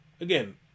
Again